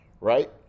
right